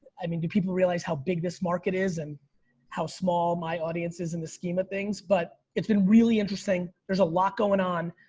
i mean do people realize how big this market is and how small my audience is in the scheme of things, but it's been really interesting. there's a lot going on.